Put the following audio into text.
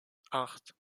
acht